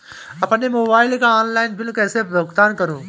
अपने मोबाइल का online bill कैसे भुगतान करूं?